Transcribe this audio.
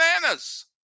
bananas